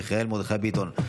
מיכאל מרדכי ביטון,